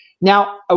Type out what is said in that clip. now